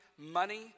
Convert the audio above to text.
money